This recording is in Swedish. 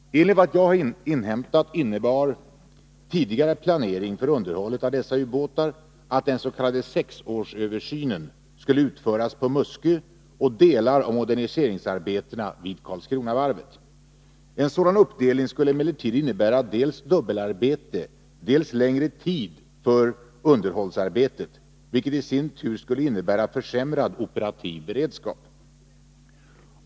Enligt vad jag inhämtat innebar tidigare planering för underhållet av dessa ubåtar att den s.k. sexårsöversynen skulle utföras på Muskö och delar av moderniseringsarbetena vid Karlskronavarvet. En sådan uppdelning skulle emellertid innebära dels dubbelarbete, dels längre tid för underhållsarbetet, vilket i sin tur skulle innebära försämrad operativ beredskap.